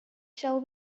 shall